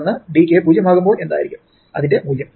തുടർന്ന് dk 0 ആകുമ്പോൾ എന്തായിരിക്കും അതിന്റെ മൂല്യം